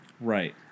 Right